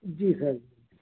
जी sir